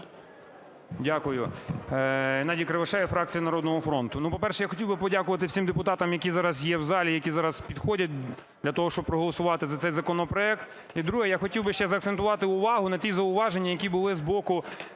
Дякую. Геннадій Кривошея фракція "Народного фронту". По-перше, я хотів би подякувати всім депутатам, які зараз є в залі і які зараз підходять для того, щоб проголосувати за цей законопроект. І друге. Я хотів би ще закцентувати увагу на ті зауваження, які були з боку